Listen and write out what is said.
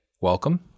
welcome